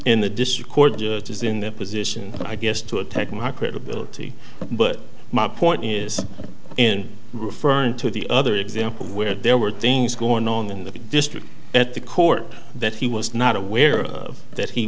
in the district court does in their position but i guess to attack my credibility but my point is in referring to the other example where there were things going on in the district at the court that he was not aware of that he